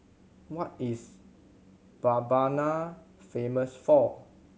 what is Mbabana famous for